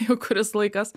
jau kuris laikas